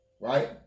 right